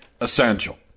essential